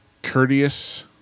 courteous